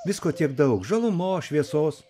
visko tiek daug žalumos šviesos